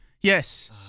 Yes